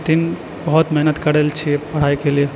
दिन बहुत मेहनत करल छिए पढ़ाइके लिए